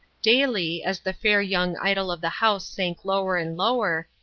daily, as the fair young idol of the house sank lower and lower,